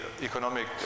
economic